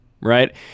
right